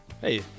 Hey